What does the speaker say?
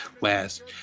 last